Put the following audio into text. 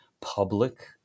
public